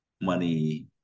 money